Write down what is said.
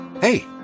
Hey